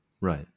right